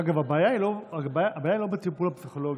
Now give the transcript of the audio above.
אגב, הבעיה היא לא בטיפול הפסיכולוגי.